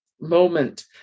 moment